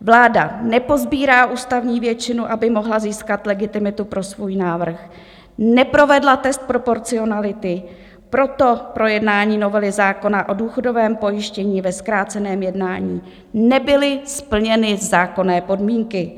Vláda neposbírá ústavní většinu, aby mohla získat legitimitu pro svůj návrh, neprovedla test proporcionality, proto pro jednání novely zákona o důchodovém pojištění ve zkráceném jednání nebyly splněny zákonné podmínky.